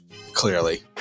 clearly